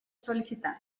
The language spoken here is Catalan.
sol·licitant